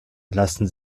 lassen